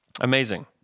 Amazing